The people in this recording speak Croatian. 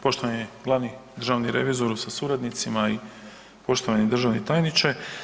Poštovani glavni državni revizoru sa suradnicima i poštovani državni tajniče.